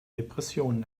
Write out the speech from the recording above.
depressionen